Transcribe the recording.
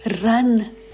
Run